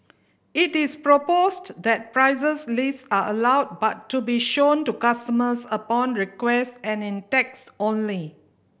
it is proposed that prices lists are allowed but to be shown to customers upon request and in text only